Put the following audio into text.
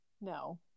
No